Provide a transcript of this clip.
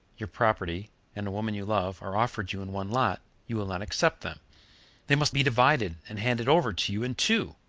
your property and a woman you love, are offered you in one lot, you will not accept them they must be divided, and handed over to you in two!